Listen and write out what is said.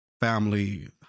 family